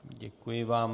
Děkuji vám.